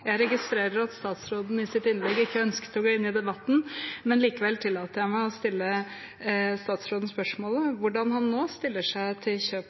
Jeg registrerer at statsråden i sitt innlegg ikke ønsket å gå inn i debatten, likevel tillater jeg meg å stille statsråden spørsmålet om hvordan han nå stiller seg til at kjøp